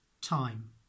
time